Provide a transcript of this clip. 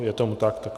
Je tomu tak.